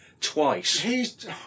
twice